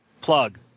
Plug